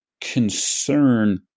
concern